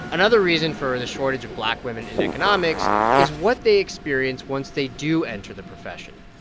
another reason for the shortage of black women in economics is what they experience once they do enter the profession.